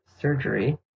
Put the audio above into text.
surgery